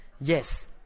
Yes